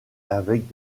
avec